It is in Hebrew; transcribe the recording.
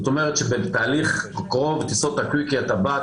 זאת אומרת ברוב טיסות הקוויקי אתה בא,